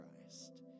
Christ